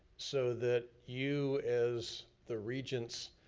so that you, as the regents,